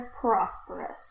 prosperous